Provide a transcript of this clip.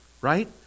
right